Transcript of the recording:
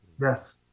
Yes